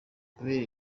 kubera